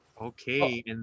Okay